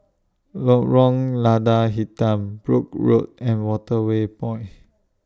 Lorong Lada Hitam Brooke Road and Waterway Point